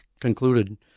concluded